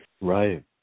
Right